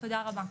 תודה רבה.